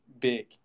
big